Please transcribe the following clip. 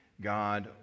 God